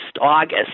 August